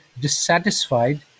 dissatisfied